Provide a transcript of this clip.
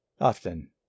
Often